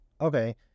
okay